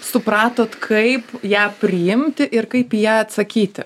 supratot kaip ją priimti ir kaip į ją atsakyti